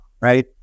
right